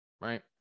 right